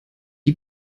die